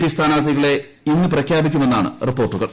P സ്ഥാനാർത്ഥികളെ ജൂന്ന് പ്രഖ്യാപിക്കുമെന്നാണ് റിപ്പോർട്ടുകൾ